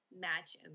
match